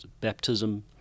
baptism